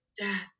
Dad